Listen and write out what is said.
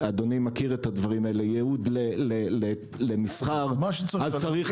אדוני מכיר את הדברים האלה ייעוד למסחר -- מה שצריך.